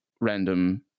random